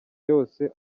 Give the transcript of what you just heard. yose